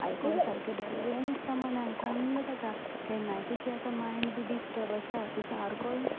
आयकून सारकें बरें दिसता मनाक थंड जाता केन्नाय तुजें मायंड बी डिस्टब आसा तूं सारको